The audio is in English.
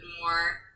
more